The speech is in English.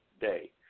day